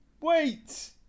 Wait